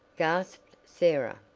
gasped sarah.